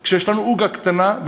אבל כשיש לנו עוגה כזאת קטנה,